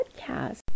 podcast